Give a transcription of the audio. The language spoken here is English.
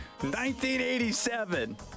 1987